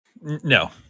No